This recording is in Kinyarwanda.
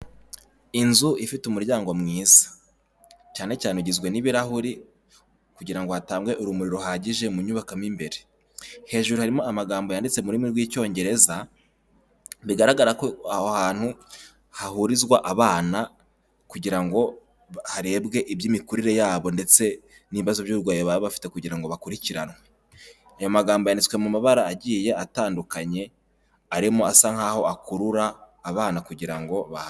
Inzu ifite umuryango mwiza. Cyane cyane ugizwe n'ibirahuri, kugira ngo hatange urumuri ruhagije mu nyubako mo imbere. Hejuru harimo amagambo yanditse mu rurimi rw'Icyongereza, bigaragara ko aho hantu hahurizwa abana kugira ngo harebwe iby'imikurire yabo ndetse n'ibibazo by'uburwayi baba bafit, kugira ngo bakurikiranwe. Ayobmagambo yanditswe mu mabara agiye atandukanye, arimo asa nk'aho akurura abana kugira bahaze.